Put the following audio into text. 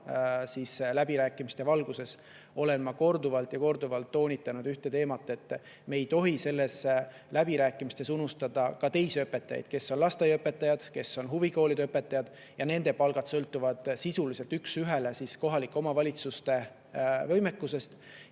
palgaläbirääkimiste valguses olen ma korduvalt ja korduvalt toonitanud ühte teemat: me ei tohi nendes läbirääkimistes unustada ka teisi õpetajaid, lasteaiaõpetajaid ja huvikoolide õpetajad. Nende palgad sõltuvad sisuliselt üks ühele kohaliku omavalitsuse võimekusest.